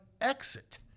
exit